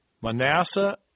Manasseh